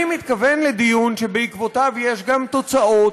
אני מתכוון לדיון שבעקבותיו יש גם תוצאות,